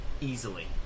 easily